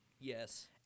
Yes